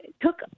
took